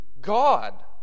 God